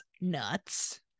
nuts